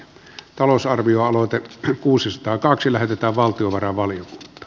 talousarvioaloite kuusisataakaksi lähetetään valtiovarainvaliot